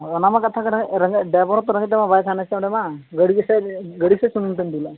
ᱦᱳᱭ ᱚᱱᱟ ᱢᱟ ᱠᱟᱛᱷᱟ ᱠᱟᱱᱟ ᱨᱮᱸᱜᱮᱡ ᱰᱟᱭᱵᱷᱟᱨ ᱦᱚᱸᱛᱚ ᱨᱮᱸᱜᱮᱡ ᱛᱮᱫᱚ ᱵᱟᱭ ᱛᱟᱦᱮᱱᱟ ᱥᱮ ᱚᱸᱰᱮ ᱢᱟ ᱜᱟᱹᱲᱤ ᱜᱮᱥᱮ ᱜᱟᱹᱰᱤ ᱜᱮᱥᱮ ᱥᱩᱱᱩᱢᱮᱢ ᱫᱩᱞᱟ